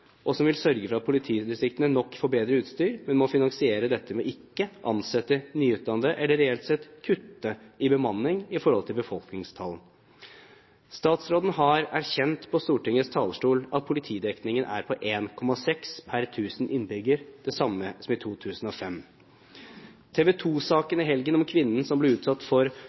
og som vil sørge for at politidistriktene nok får bedre utstyr, men at man må finansiere dette ved ikke å ansette nyutdannede eller reelt sett kutte i bemanning i forhold til befolkningstall. Statsråden har erkjent på Stortingets talerstol at politidekningen er på 1,6 per 1 000 innbyggere, det samme som i 2005. TV 2-saken i helgen om kvinnen som ble utsatt for